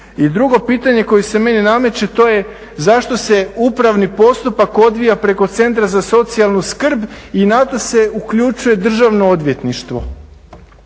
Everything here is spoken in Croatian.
I drugo pitanje koje se meni nameće to je zašto se upravni postupak odvija preko centra za socijalnu skrb i na to se uključuje državno odvjetništvo.